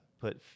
put